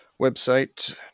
website